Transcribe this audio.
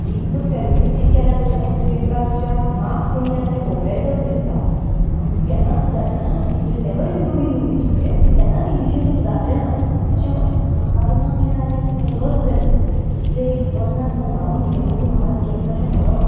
इतल्यो spelling mistake केल्या गो तुवेन त्या पेपरार तुज्या मार्क्स कमी आनी ते चड दिसता आनी तूं केन्नाच सुदारचें ना and you will never improve in English म्हणचे तूं केन्नच इंग्लीशीन सुदारचें ना अशें म्हटलें आनी म्हाका तेन्ना कितें जालें की म्हाका लज जाली इतले एक पन्नास पंचावन भुरग्यां मदीं म्हाका टिचरीन अशें म्हणप